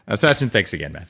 ah satchin, thanks again,